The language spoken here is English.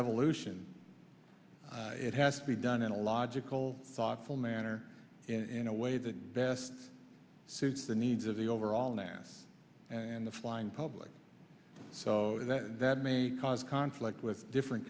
evolution it has to be done in a logical thoughtful manner in a way that best suits the needs of the overall nasa and the flying public so that may cause conflict with different